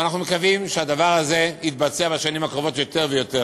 ואנחנו מקווים שהדבר הזה יתבצע בשנים הקרובות יותר ויותר.